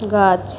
গাছ